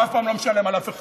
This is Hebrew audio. והוא אף פעם לא משלם על אף אחד.